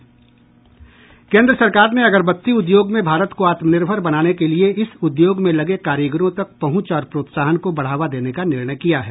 केंद्र सरकार ने अगरबत्ती उद्योग में भारत को आत्मनिर्भर बनाने के लिए इस उद्योग में लगे कारीगरों तक पहुंच और प्रोत्साहन को बढ़ावा देने का निर्णय किया है